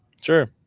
Sure